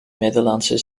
middellandse